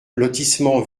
lotissement